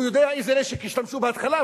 הוא יודע באיזה נשק ישתמשו בהתחלה,